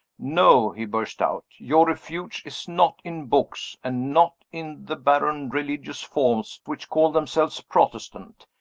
no! he burst out, your refuge is not in books, and not in the barren religious forms which call themselves protestant.